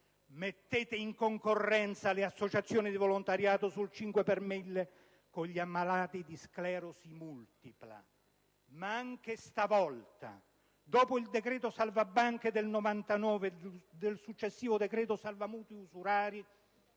mettete in concorrenza le associazioni di volontariato sul 5 per mille con gli ammalati di sclerosi multipla. Ma anche stavolta, dopo il decreto salvabanche del 1999 e il successivo decreto salvamutui usurari,